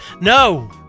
No